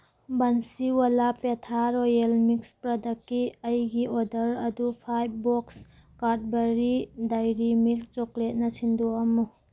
Bansiwala petha royal mix ꯄ꯭ꯔꯗꯛꯀꯤ ꯑꯩꯒꯤ order ꯑꯗꯨ five box Cadbury dairy milk ꯆꯣꯀ꯭ꯂꯦꯠꯅ ꯁꯤꯟꯗꯣꯛꯑꯝꯃꯨ